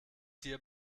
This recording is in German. hier